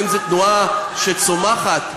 אם זו תנועה שצומחת,